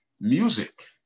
Music